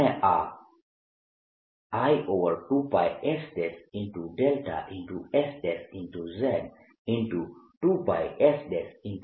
અને આ I2πss z